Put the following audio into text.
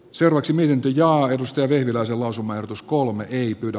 seurasimme lintuja edusti vehviläisen lausumaehdotus kolme ei pyydä